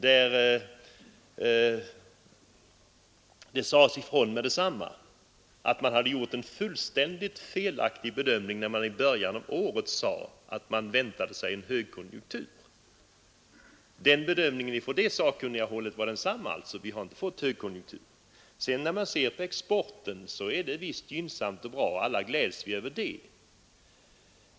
Där sades det med detsamma ifrån att man hade gjort en fullständigt felaktig bedömning när man i början av året sade att man väntade sig en höjkonjunktur. Bedömningen på det sakkunniga hållet var alltså densamma som min. Vi har inte fått någon högkonjunktur. Exportens utveckling är gynnsam och bra, och alla gläds vi över den.